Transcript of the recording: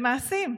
במעשים,